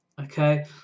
okay